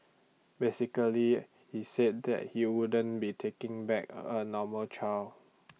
basically he said that he wouldn't be taking back A normal child